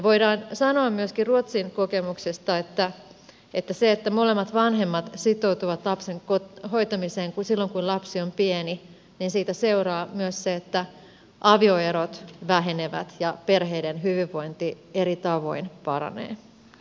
voidaan sanoa ruotsin kokemuksista myöskin se että siitä että molemmat vanhemmat sitoutuvat lapsen hoitamiseen silloin kun lapsi on pieni seuraa myös se että avioerot vähenevät ja perheiden hyvinvointi eri tavoin paranee